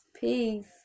peace